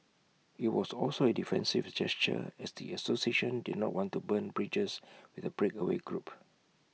IT was also A defensive gesture as the association did not want to burn bridges with the breakaway group